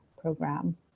program